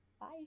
Bye